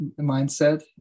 mindset